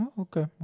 Okay